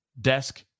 desk